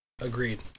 Agreed